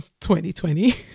2020